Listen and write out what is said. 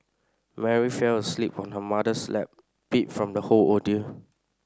Mary fell asleep on her mother's lap beat from the whole ordeal